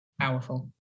Powerful